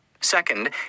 Second